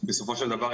בסופו של דבר,